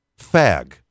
fag